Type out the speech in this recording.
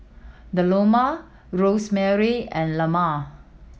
Delano Rosemarie and Lelah